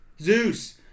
Zeus